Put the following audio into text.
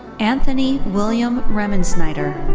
anthony william remensnyder.